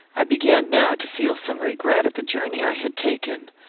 i began now to feel some regret at the journey i had taken.